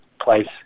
place